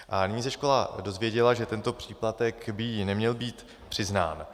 Nyní se škola dozvěděla, že tento příplatek by jí neměl být přiznán.